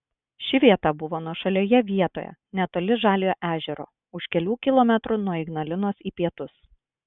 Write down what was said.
ši vieta buvo nuošalioje vietoje netoli žaliojo ežero už kelių kilometrų nuo ignalinos į pietus